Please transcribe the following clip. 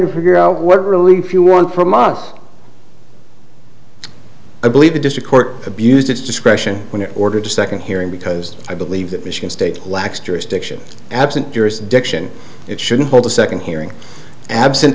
to figure out what relief you want from us i believe the district court abused its discretion when order to second hearing because i believe that michigan state lacks jurisdiction absent jurisdiction it shouldn't hold a second hearing absent